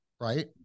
Right